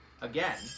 again